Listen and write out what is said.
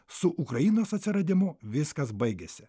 su ukrainos atsiradimu viskas baigiasi